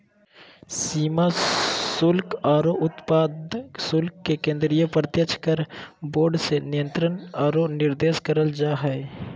सीमा शुल्क आरो उत्पाद शुल्क के केंद्रीय प्रत्यक्ष कर बोर्ड से नियंत्रण आरो निर्देशन करल जा हय